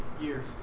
years